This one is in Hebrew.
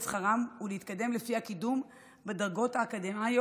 שכרם ולהתקדם לפי הקידום בדרגות האקדמיות